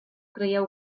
creieu